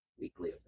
weekly